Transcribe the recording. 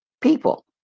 people